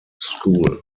school